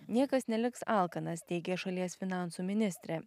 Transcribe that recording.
niekas neliks alkanas teigė šalies finansų ministrė